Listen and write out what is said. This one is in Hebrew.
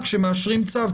כשמאשרים צו,